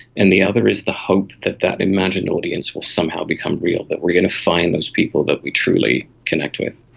and the other is the hope that that imagined audience will somehow become real, that we are going to find those people that we truly connect with.